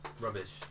rubbish